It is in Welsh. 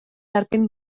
erbyn